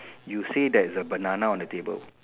you say there's a banana on the table